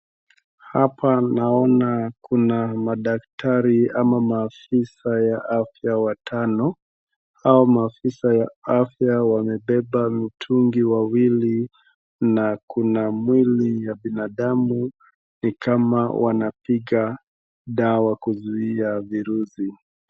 Hapa naona kuna madaktari ama maafisa ya afya watano, hawa maafisa ya afya wamebeba mitungi wawili na kuna mwili ya binadamu ni kama wanapiga dawa kuzuia virusi.